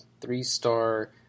Three-star